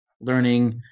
learning